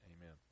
Amen